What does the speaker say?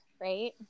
right